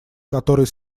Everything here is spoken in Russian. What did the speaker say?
который